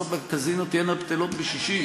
ההכנסות מהקזינו תהיינה בטלות בשישים.